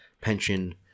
pension